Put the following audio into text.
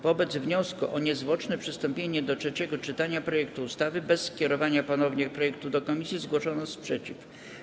Wobec wniosku o niezwłoczne przystąpienie do trzeciego czytania projektu ustawy bez kierowania ponownie projektu do komisji zgłoszono sprzeciw.